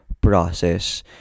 process